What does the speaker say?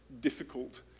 difficult